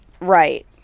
Right